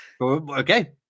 okay